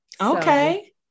Okay